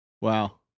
wow